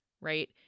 right